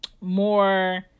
more